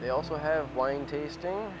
they also have wine tasting